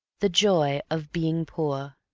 the joy of being poor